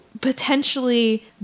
potentially